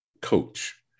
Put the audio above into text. coach